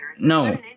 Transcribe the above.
No